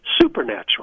supernatural